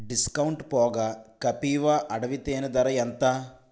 discount పోగా కపీవ అడవి తేనె ధర ఎంత